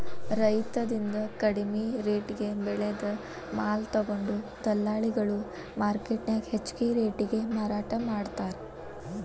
ರೈತರಿಂದ ಕಡಿಮಿ ರೆಟೇಗೆ ಬೆಳೆದ ಮಾಲ ತೊಗೊಂಡು ದಲ್ಲಾಳಿಗಳು ಮಾರ್ಕೆಟ್ನ್ಯಾಗ ಹೆಚ್ಚಿಗಿ ರೇಟಿಗೆ ಮಾರಾಟ ಮಾಡ್ತಾರ